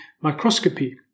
microscopy